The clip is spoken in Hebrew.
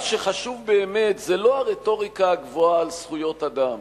מה שחשוב באמת זה לא הרטוריקה הגבוהה על זכויות אדם,